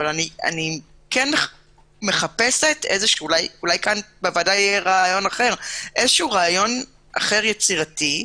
אבל אני מחפשת רעיון אחר יצירתי,